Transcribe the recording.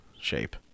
shape